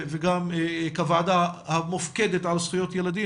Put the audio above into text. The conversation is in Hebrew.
וגם כוועדה המופקדת על זכויות ילדים,